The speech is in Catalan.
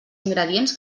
ingredients